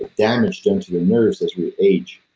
the damage done to the nerves as we age.